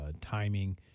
timing